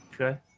Okay